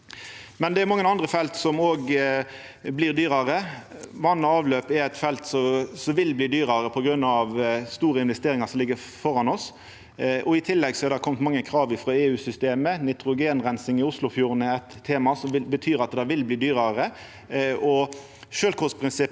Det er mange andre felt som òg blir dyrare. Vatn og avløp er eit felt som vil bli dyrare på grunn av store investeringar som ligg framfor oss. I tillegg er det kome mange krav frå EU-systemet – nitrogenreinsing i Oslofjorden er eitt tema – som betyr at det vil bli dyrare.